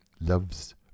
love's